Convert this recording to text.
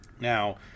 Now